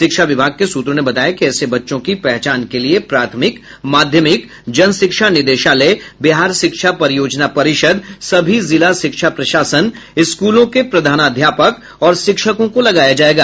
शिक्षा विभाग के सूत्रों ने बताया कि ऐसे बच्चों की पहचान के लिये प्राथमिक माध्यमिक जनशिक्षा निदेशालय बिहार शिक्षा परियोजना परिषद सभी जिला शिक्षा प्रशासन स्कूलों के प्रधानाध्यापक और शिक्षकों को लगाया जायेगा